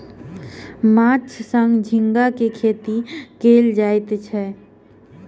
माँछक संग झींगा के खेती कयल जाइत अछि